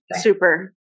Super